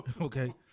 okay